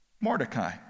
Mordecai